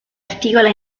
articola